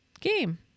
game